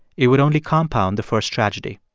it would only compound the first tragedy.